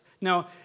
Now